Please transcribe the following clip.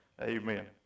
Amen